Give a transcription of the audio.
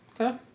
Okay